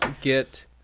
get